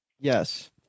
Yes